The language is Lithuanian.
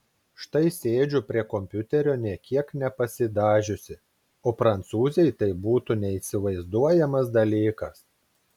štai sėdžiu prie kompiuterio nė kiek nepasidažiusi o prancūzei tai būtų neįsivaizduojamas dalykas